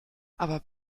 aber